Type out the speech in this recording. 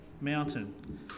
mountain